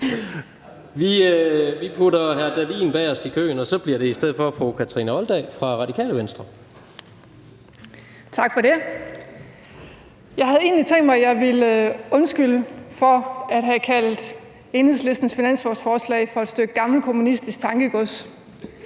Vi putter hr. Morten Dahlin bagest i køen, og så bliver det i stedet for fru Kathrine Olldag fra Radikale Venstre. Kl. 15:34 Kathrine Olldag (RV): Tak for det. Jeg havde egentlig tænkt mig, at jeg ville undskylde for at have kaldt Enhedslistens finanslovsforslag for et stykke gammelkommunistisk tankegods.